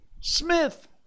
Smith